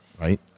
right